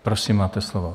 Prosím, máte slovo.